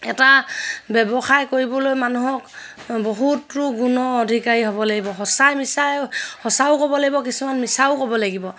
এটা ব্যৱসায় কৰিবলৈ মানুহক বহুতো গুণৰ অধিকাৰী হ'ব লাগিব সঁচাই মিছাই সঁচাও ক'ব লাগিব কিছুমান মিছাও ক'ব লাগিব